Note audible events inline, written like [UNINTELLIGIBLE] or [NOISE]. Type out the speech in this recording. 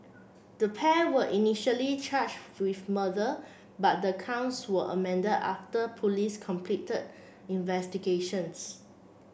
the pair were initially charged [UNINTELLIGIBLE] with murder but the counts were amended after police completed investigations